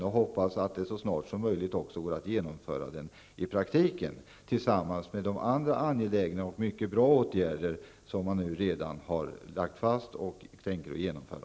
Jag hoppas att den så snart som möjligt går att genomföra i praktiken, tillsammans med övriga angelägna och mycket bra åtgärder som man redan har beslutat om och avser att genomföra.